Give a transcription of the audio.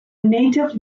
native